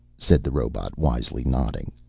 said the robot wisely, nodding.